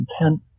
intent